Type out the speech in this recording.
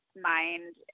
mind